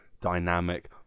dynamic